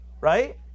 Right